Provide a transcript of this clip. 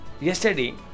yesterday